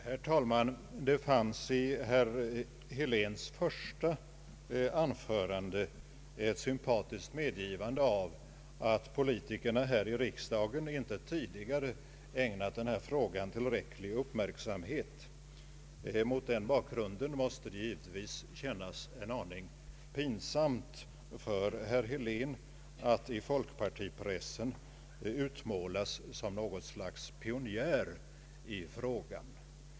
Herr talman! Herr Helén gjorde i sitt första anförande ett sympatiskt medgivande när han sade att politikerna här i riksdagen inte tidigare ägnat denna fråga tillräcklig uppmärksamhet. Mot den bakgrunden måste det givetvis kännas en aning pinsamt för herr Helén att i folkpartipressen utmålas som något av pionjär i frågan.